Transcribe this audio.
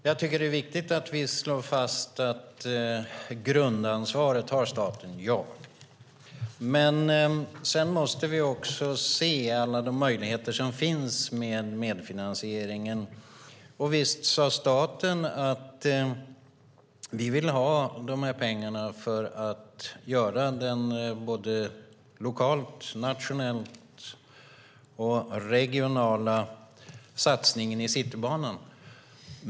Fru talman! Jag tycker att det är viktigt att vi slår fast att staten har grundansvaret. Men sedan måste vi också se alla de möjligheter som finns med medfinansieringen. Och visst sade staten: Vi vill ha pengarna för att göra den lokala, nationella och regionala satsningen på Citybanan!